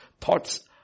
thoughts